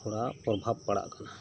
ᱛᱷᱚᱲᱟ ᱯᱨᱚᱵᱷᱟᱵᱽ ᱯᱟᱲᱟᱜ ᱠᱟᱱᱟ